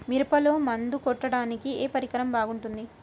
మిరపలో మందు కొట్టాడానికి ఏ పరికరం బాగుంటుంది?